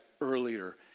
earlier